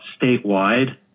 statewide